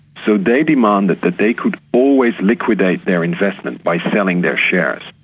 so they demanded that they could always liquidate their investment by selling their shares,